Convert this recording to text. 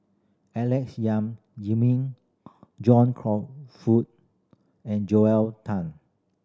Alex Yam John and Joel Tan